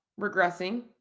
regressing